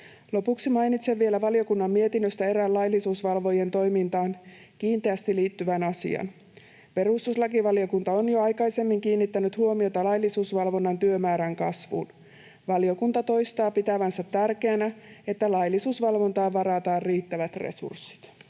Lopuksi mainitsen vielä valiokunnan mietinnöstä erään laillisuusvalvojien toimintaan kiinteästi liittyvän asian. Perustuslakivaliokunta on jo aikaisemmin kiinnittänyt huomiota laillisuusvalvonnan työmäärän kasvuun. Valiokunta toistaa pitävänsä tärkeänä, että laillisuusvalvontaan varataan riittävät resurssit.